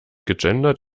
gegendert